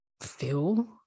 feel